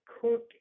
Cook